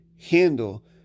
handle